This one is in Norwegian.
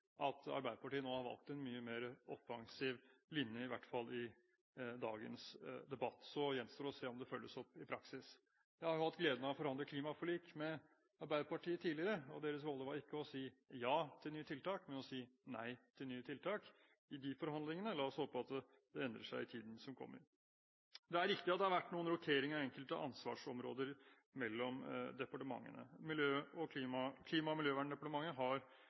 at Arbeiderpartiet nå har valgt en mye mer offensiv linje – i hvert fall i dagens debatt. Så gjenstår det å se om det følges opp i praksis. Jeg har hatt gleden av å forhandle klimaforlik med Arbeiderpartiet tidligere. I de forhandlingene var deres holdning ikke å si ja til nye tiltak, men å si nei til nye tiltak. La oss håpe at det endrer seg i tiden som kommer. Det er riktig at det har vært noen rokeringer av enkelte ansvarsområder mellom departementene. Klima- og